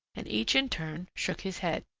and each in turn shook his head.